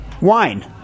wine